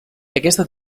aquesta